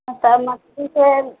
तऽ मछली के